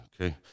okay